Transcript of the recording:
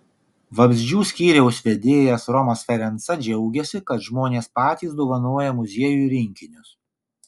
vabzdžių skyriaus vedėjas romas ferenca džiaugiasi kad žmonės patys dovanoja muziejui rinkinius